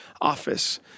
office